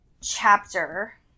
chapter